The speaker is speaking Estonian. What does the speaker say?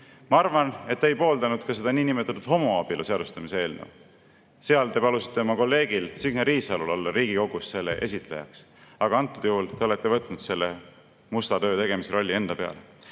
Ma arvan, et te ei pooldanud ka seda niinimetatud homoabielu seadustamise eelnõu. Seal te palusite oma kolleegil Signe Riisalol olla Riigikogus selle esitlejaks. Aga antud juhul te olete võtnud selle musta töö tegemise enda peale.